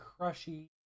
Crushy